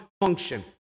function